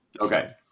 Okay